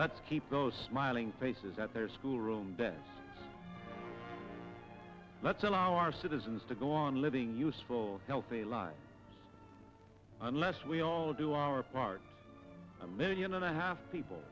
let's keep those smiling faces at their school room bed let's allow our citizens to go on living useful healthy lives unless we all do our part a million and a half people